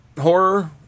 horror